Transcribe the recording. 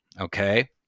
Okay